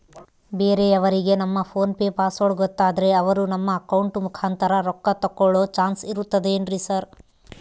ಬೇರೆಯವರಿಗೆ ನಮ್ಮ PhonePe password ಗೊತ್ತಾದ್ರೆ ಅವರು ನಮ್ಮ ಅಕೌಂಟ್ ಮುಖಾಂತರ ರೊಕ್ಕ ತಕ್ಕೊಳ್ಳೋ ಚಾನ್ಸ್ ಇರ್ತದೆನ್ರಿ ಸರ್?